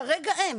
כרגע אין.